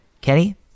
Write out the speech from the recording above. Kenny